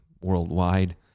worldwide